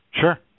Sure